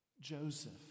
Joseph